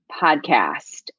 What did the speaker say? podcast